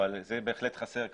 זה בהחלט חסר כאן.